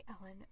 Ellen